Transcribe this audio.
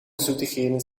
zoetigheden